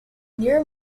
near